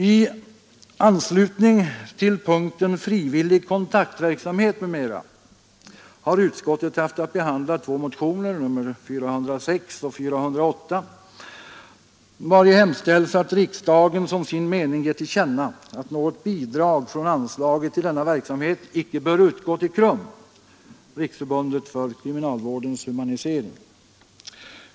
I anslutning till punkten Frivillig kontaktverksamhet m.m. har utskottet haft att behandla två motioner, nr 406 och 408, vari hemställs att riksdagen som sin mening ger till känna att något bidrag från anslaget till denna verksamhet icke bör utgå till KRUM, Riksförbundet för kriminalvårdens humanisering.